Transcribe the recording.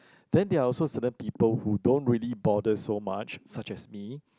then there are also certain people who don't really bother so much such as me